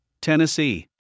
Tennessee